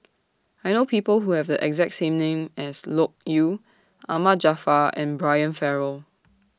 I know People Who Have The exact name as Loke Yew Ahmad Jaafar and Brian Farrell